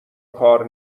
کار